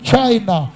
China